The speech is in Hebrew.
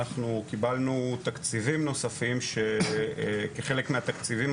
אנחנו קיבלנו תקציבים נוספים שכחלק מהתקציבים